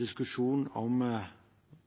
diskusjon om